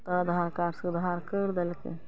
तऽ आधार कार्ड सुधार करि देलकय